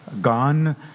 gone